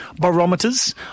barometers